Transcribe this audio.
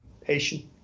patient